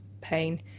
pain